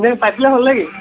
হ'লনে কি